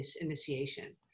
initiation